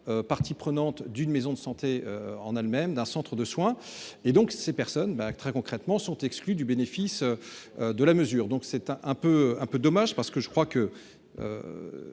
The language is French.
partie prenante d'une maison de santé en elle-même d'un centre de soins et donc ces personnes ben très concrètement sont exclus du bénéfice. De la mesure. Donc c'est un, un peu un peu dommage parce que je crois que.